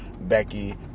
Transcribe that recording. Becky